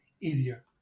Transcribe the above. easier